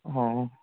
हां